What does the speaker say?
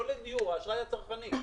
לא לדיור אלא לאשראי הצרכני.